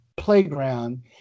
playground